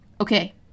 Okay